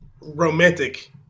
romantic